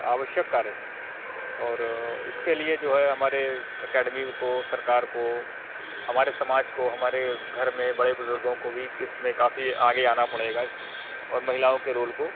आवश्यक कार्य है और इसके लिए जो है हमारे एकेडमी को सरकार को हमारे समाज को हमारे घर में बड़े बुजुर्गों को भी इसमें काफ़ी आगे आना पड़ेगा इसकी और महिलाओं के रोल को